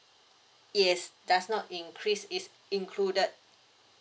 yes does not increase is included